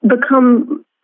become